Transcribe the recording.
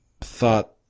thought